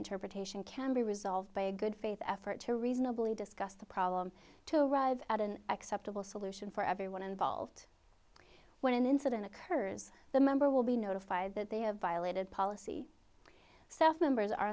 interpretation can be resolved by a good faith effort to reasonably discuss the problem to arrive at an acceptable solution for everyone involved when an incident occurs the member will be notified that they have violated policy staff members are